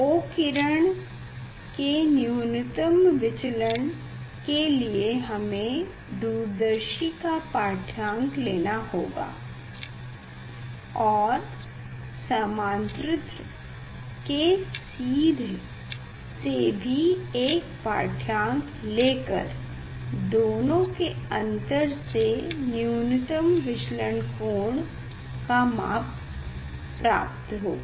O किरण के न्यूनतम विचलन के लिए हमें दूरदर्शी का पाढ्यांक लेना होगा और समांतरित्र के सीध से भी एक पाढ़यांक ले कर दोनों के अंतर से न्यूनतम विचलन कोण का माप प्राप्त होगा